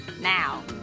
Now